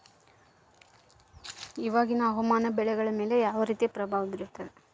ಇವಾಗಿನ ಹವಾಮಾನ ಬೆಳೆಗಳ ಮೇಲೆ ಯಾವ ರೇತಿ ಪ್ರಭಾವ ಬೇರುತ್ತದೆ?